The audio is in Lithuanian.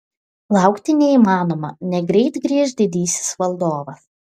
laukti neįmanoma negreit grįš didysis valdovas